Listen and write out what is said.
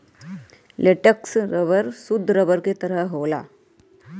latex rubber सुद्ध rubber के तरह होला